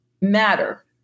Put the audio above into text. matter